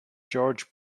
george